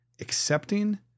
accepting